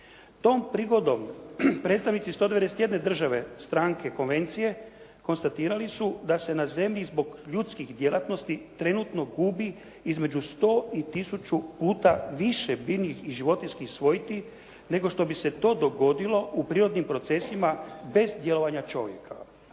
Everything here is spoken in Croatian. Tom prigodom predstavnici 191 države stranke konvencije konstatirali su da se na zemlji zbog ljudskih djelatnosti trenutno gubi između sto i tisuću puta više biljnih i životinjskih svojti nego što bi se to dogodilo u prirodnim procesima bez djelovanja čovjeka.